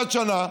51 שנה,